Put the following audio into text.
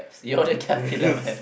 you wanna cap it lah man